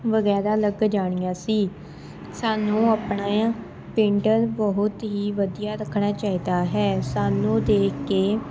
ਵਗੈਰਾ ਲੱਗ ਜਾਣੀਆਂ ਸੀ ਸਾਨੂੰ ਆਪਣਾ ਪਿੰਡ ਬਹੁਤ ਹੀ ਵਧੀਆ ਰੱਖਣਾ ਚਾਹੀਦਾ ਹੈ ਸਾਨੂੰ ਦੇਖ ਕੇ